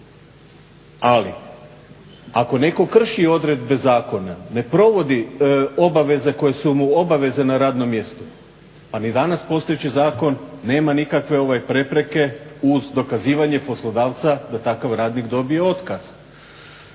Ali ako netko krši odredbe zakona, ne provodi obaveze koje su mu obaveze na radnom mjestu, pa ni danas postojeći zakon nema nikakve prepreke uz dokazivanje poslodavca da takav radnik dobije otkaz.